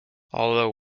although